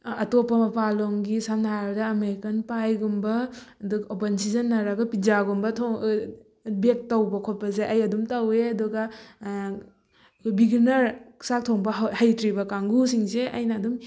ꯑꯇꯣꯞꯄ ꯃꯄꯥꯜꯂꯣꯝꯒꯤ ꯁꯝꯅ ꯍꯥꯏꯔꯕꯗ ꯑꯃꯦꯔꯤꯀꯥꯟ ꯄꯥꯏꯒꯨꯝꯕ ꯑꯗꯨꯒ ꯑꯣꯚꯟ ꯁꯤꯖꯤꯟꯅꯔꯒ ꯄꯤꯖꯥꯒꯨꯝꯕ ꯊꯣꯡ ꯕꯦꯛ ꯇꯧꯕ ꯈꯣꯠꯄꯁꯦ ꯑꯩ ꯑꯗꯨꯝ ꯇꯧꯋꯤ ꯑꯗꯨꯒ ꯕꯤꯒꯟꯅꯔ ꯆꯥꯛ ꯊꯣꯡꯕ ꯍꯩꯇ꯭ꯔꯤꯕ ꯀꯥꯡꯒꯨꯁꯤꯡꯁꯦ ꯑꯩꯅ ꯑꯗꯨꯝ